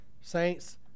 Saints